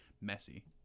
messy